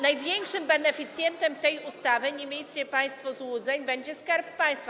Największym beneficjentem tej ustawy - nie miejcie państwo złudzeń - będzie Skarb Państwa.